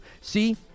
see